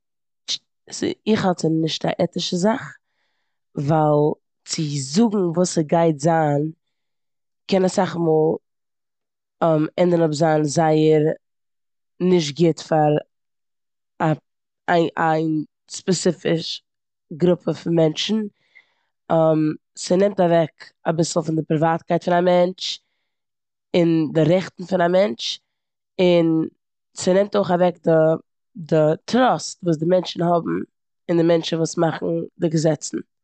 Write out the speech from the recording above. איך האלט ס'נישט א עטישע זאך ווייל צו זאגן וואס ס'גייט זיין קען אסאך מאל ענדען אפ זיין זייער נישט גוט פאר א איין ספעציפיש גרופע פון מענטשן. ס'נעמט אוועק אביסל פון די פריוואטקייט פון א מענטש און די רעכטן פון א מענטש, און ס'נעמט אויך אוועק די- די טראסט וואס די מענטשן האבן אין די מענטשן וואס מאכן די געזעצן.